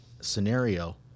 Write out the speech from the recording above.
scenario